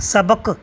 सॿक़ु